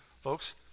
folks